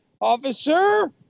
Officer